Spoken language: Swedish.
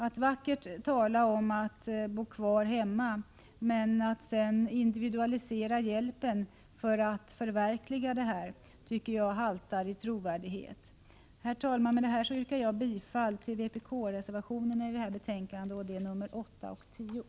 Att vackert tala om att bo kvar hemma men att sedan individualisera hjälpen för att förverkliga detta, tycker jag haltar i trovärdighet. Herr talman! Med det yrkar jag bifall till vpk-reservationerna, nr 8 och 10, vid detta betänkande.